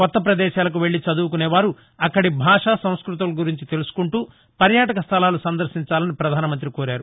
కొత్త ప్రదేశాలకు వెళ్లి చదువుకునే వారు అక్కడి భాష సంస్కృతుల గురించి తెలుసుకుంటూ పర్యాటక స్లలాలు సందర్శించాలని పధాసమంతి కోరారు